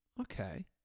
okay